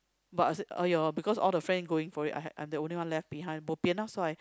but I said !aiyo! because all the friend going for it I have I'm the only left behind bo pian hor so I